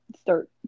start